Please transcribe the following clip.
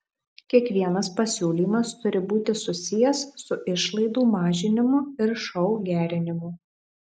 kiekvienas pasiūlymas turi būti susijęs su išlaidų mažinimu ir šou gerinimu